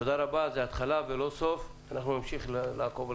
תודה רבה, זו התחלה ולא סוף, אנחנו נמשיך לעקוב.